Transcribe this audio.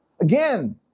Again